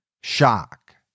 shock